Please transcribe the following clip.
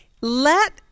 Let